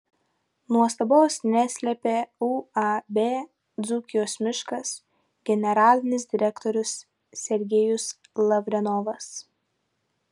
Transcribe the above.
nuostabos neslėpė uab dzūkijos miškas generalinis direktorius sergejus lavrenovas